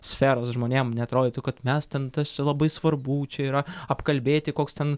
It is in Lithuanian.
sferos žmonėm neatrodytų kad mes ten tas čia labai svarbu čia yra apkalbėti koks ten